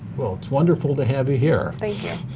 well, it's wonderful to have you here. thank you.